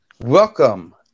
welcome